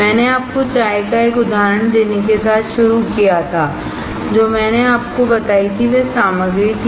मैंने आपको चाय का एक उदाहरण देने के साथ शुरू किया था जो मैंने आपको बताई थी वह सामग्री थी